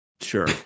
Sure